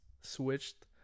switched